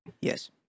Yes